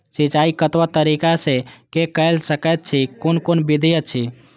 सिंचाई कतवा तरीका स के कैल सकैत छी कून कून विधि अछि?